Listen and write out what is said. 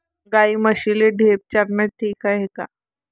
गाई म्हशीले ढेप चारनं ठीक हाये का?